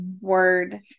word